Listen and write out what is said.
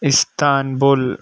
Istanbul